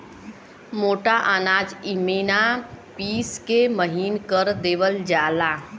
मोटा अनाज इमिना पिस के महीन कर देवल जाला